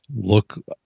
look